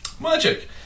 Magic